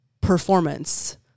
performance